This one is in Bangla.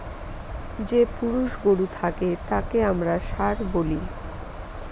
যে পুরুষ গরু থাকে তাকে আমরা ষাঁড় বলি